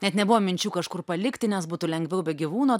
net nebuvo minčių kažkur palikti nes būtų lengviau be gyvūno